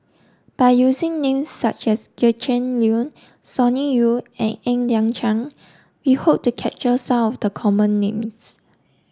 by using names such as Gretchen Liu Sonny Liew and Ng Liang Chiang we hope to capture some of the common names